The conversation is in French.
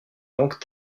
langues